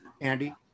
Andy